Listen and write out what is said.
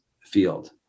field